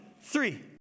three